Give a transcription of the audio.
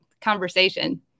conversation